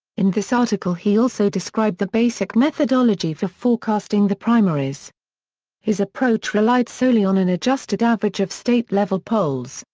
in this article he also described the basic methodology for forecasting the primaries his approach relied solely on an adjusted average of state-level polls,